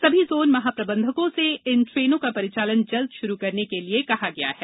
सभी जोन महाप्रबंधकों से इन ट्रेनों का परिचालन जल्द शुरू करने के कहा गया है